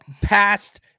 past